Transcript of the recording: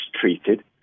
treated